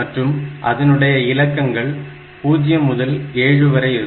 மற்றும் அதனுடைய இலக்கங்கள் 0 முதல் 7 வரை இருக்கும்